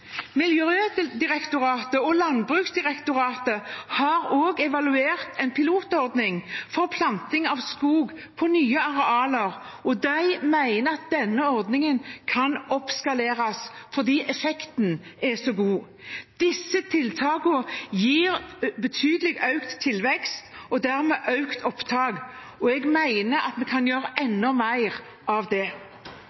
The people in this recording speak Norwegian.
Miljødirektoratet og Landbruksdirektoratet har også evaluert en pilotordning for planting av skog på nye arealer, og de mener at denne ordningen kan oppskaleres fordi effekten er så god. Disse tiltakene gir betydelig økt tilvekst og dermed økt opptak. Jeg mener at vi kan gjøre